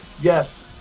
yes